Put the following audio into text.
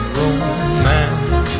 romance